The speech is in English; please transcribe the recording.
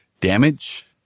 damage